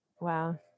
Wow